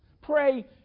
Pray